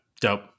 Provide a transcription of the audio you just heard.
Dope